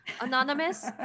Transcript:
Anonymous